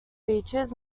features